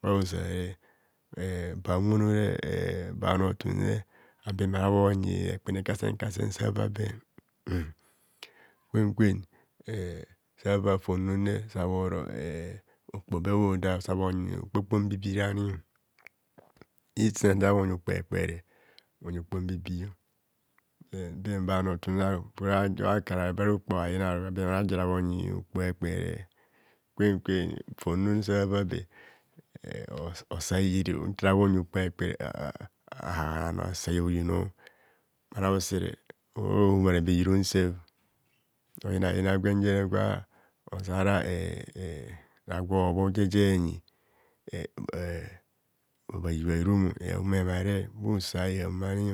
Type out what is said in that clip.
Bauserere bahumono reeh banotum abe mabhonyi rekpene kasem kasen sava ber kwen kwen ee sava fonnomme sabhore eh okpo be bhoda sabhonyi eh okpokpo mbibiriani insed gwaja bhonyi okpo ekpere bhonyi gwambibii den banotumna ru bara okpohoabhayinarary mahara bhonyi okpo ekpe re, kwen kwen founom sa- va be [stammering] osa ihiri nta rabhonyi okpo ekpere ahahana asaihirino bhano usere orohobharabe hirom sef oyine yina gwen jene gwa ozara e e ragwa obho je je enyi eoeh bha yubha hirum e hum emare bhusa ehan bhani,